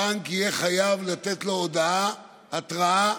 הבנק יהיה חייב לתת לו הודעה התרעה,